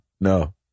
no